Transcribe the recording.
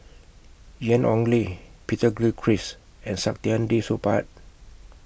Ian Ong Li Peter Gilchrist and Saktiandi Supaat